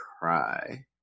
cry